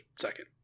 second